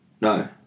no